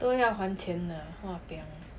都要还钱的 !wahpiang!